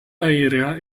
aerea